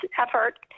effort